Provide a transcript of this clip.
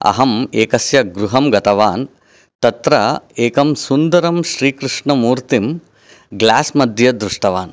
अहम् एकस्य गृहं गतवान् तत्र एकं सुन्दरं श्रीकृष्णमूर्तिं ग्लास् मध्ये दृष्टवान्